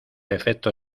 efecto